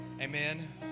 Amen